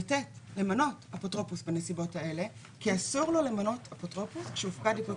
קופות חולים ומעון בבית דיור מוגן